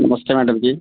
नमस्ते मैडम जी